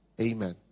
Amen